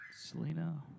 Selena